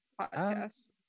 podcast